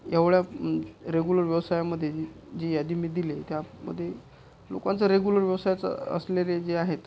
एवढा रेगुलर व्यवसायामधे जी यादी मी दिली त्यामधे लोकांचा रेगुलर व्यवसायच असलेले जे आहेत